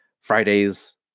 Fridays